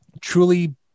truly